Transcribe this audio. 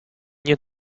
nie